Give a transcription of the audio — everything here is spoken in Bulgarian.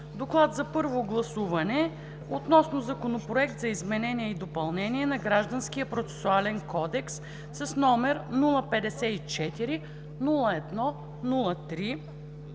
„ДОКЛАД за първо гласуване относно Законопроект за изменение и допълнение на Гражданския процесуален кодекс, № 054-01-3,